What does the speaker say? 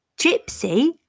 Gypsy